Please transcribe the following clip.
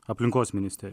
aplinkos ministerija